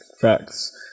Facts